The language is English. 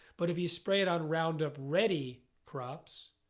but if you spray it on roundup-ready crops,